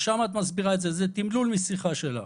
את מסבירה את זה וזה תמלול משיחה שלך,